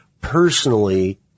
Personally